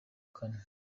kane